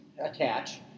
attach